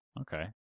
okay